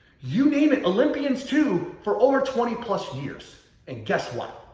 you name it, olympians too, for over twenty plus years. and guess what?